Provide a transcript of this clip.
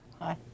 Hi